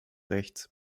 rechts